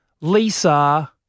Lisa